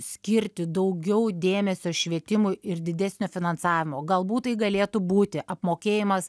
skirti daugiau dėmesio švietimui ir didesnio finansavimo galbūt tai galėtų būti apmokėjimas